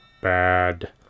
bad